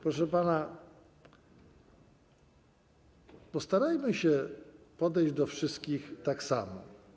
Proszę pana, postarajmy się podejść do wszystkich tak samo.